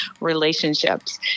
relationships